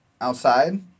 outside